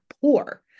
poor